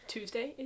Tuesday